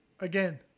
Again